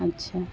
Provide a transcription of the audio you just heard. اچھا